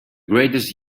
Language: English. greatest